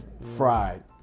Fried